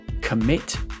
Commit